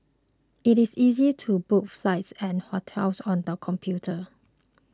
it is easy to book flights and hotels on the computer